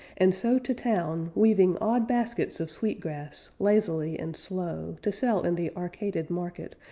and so to town weaving odd baskets of sweet grass, lazily and slow, to sell in the arcaded market,